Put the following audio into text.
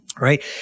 right